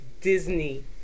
Disney